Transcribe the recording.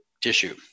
tissue